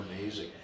amazing